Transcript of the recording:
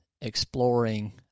exploring